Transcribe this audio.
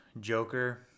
Joker